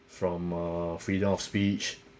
from err freedom of speech